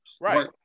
Right